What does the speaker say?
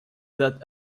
that